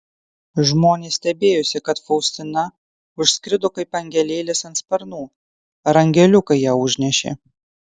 žmonės stebėjosi kad faustina užskrido kaip angelėlis ant sparnų ar angeliukai ją užnešė